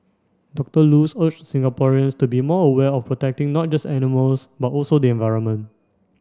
Doctor Luz urged Singaporeans to be more aware of protecting not just animals but also the environment